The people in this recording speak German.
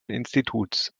instituts